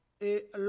et